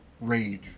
Rage